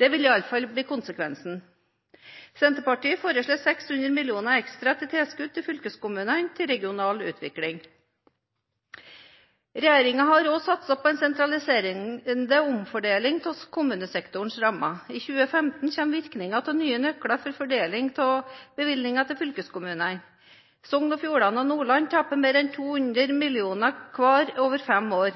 Det vil i alle fall bli konsekvensen. Senterpartiet foreslår 600 mill. kr ekstra til tilskudd til fylkeskommunene til regional utvikling. Regjeringen har også satset på en sentraliserende omfordeling av kommunesektorens rammer. I 2015 kommer virkningen av nye nøkler for fordeling av bevilgninger til fylkeskommunene. Sogn og Fjordane og Nordland taper mer enn 200 mill. kr hver over fem år.